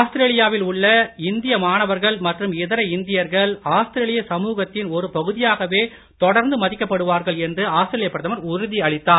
Australia வில் உள்ள இந்திய மாணவர்கள் மற்றும் இதர இந்தியர்கள் ஆஸ்திரேலிய சமூகத்தின் ஒரு பகுதியாகவே தொடர்ந்து மதிக்கப் படுவார்கள் என்று ஆஸ்திரேலிய பிரதமர் உறுதி அளித்தார்